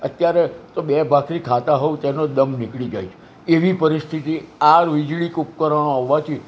અત્યારે તો બે ભાખરી ખાતાં હોવ તેનો દમ નીકળી જાય એવી પરિસ્થિતિ આ વીજળીક ઉપકરણો આવવાંથી